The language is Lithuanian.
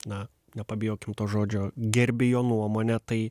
na nepabijokim to žodžio gerbi jo nuomonę tai